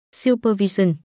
supervision